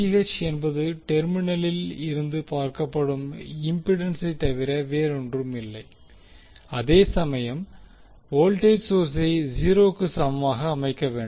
ZTh என்பது டெர்மினலில் இருந்து பார்க்கப்படும் இம்பிடன்ஸை தவிர வேறொன்றுமில்லை அதே சமயம் வோல்டேஜ் சோர்ஸை 0 க்கு சமமாக அமைக்க வேண்டும்